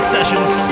sessions